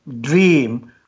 dream